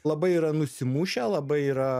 labai yra nusimušę labai yra